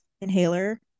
inhaler